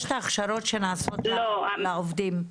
יש את ההכשרות שנעשות לעובדים --- לא.